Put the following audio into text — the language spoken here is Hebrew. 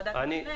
או ועדת משנה,